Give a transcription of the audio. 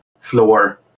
floor